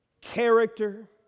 character